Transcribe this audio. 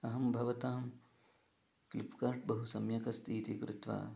अहं भवतां फ़्लिप्कार्ट् बहु सम्यक् अस्ति इति कृत्वा